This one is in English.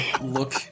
look